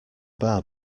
bar